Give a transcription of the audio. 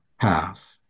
path